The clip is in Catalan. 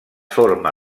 forma